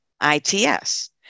I-T-S